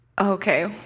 okay